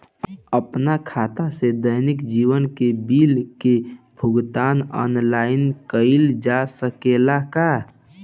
आपन खाता से दैनिक जीवन के बिल के भुगतान आनलाइन कइल जा सकेला का?